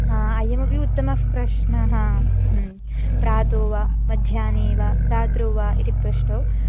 हा अयमपि उत्तमः प्रश्नः हा प्रातो वा मध्याह्ने वा रात्रौ वा इति प्रष्टे